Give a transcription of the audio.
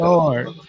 Lord